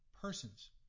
persons